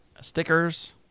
stickers